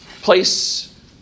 place